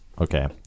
Okay